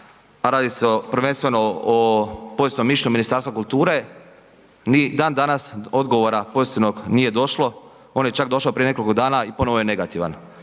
a radi se prvenstveno o povijesnom mišljenju Ministarstva kulture. Ni danas odgovora pozitivnog nije došlo, on je čak došao prije nekoliko dana i ponovo je negativna.